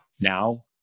now